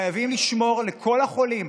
חייבים לשמור לכל החולים,